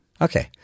okay